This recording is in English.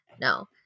No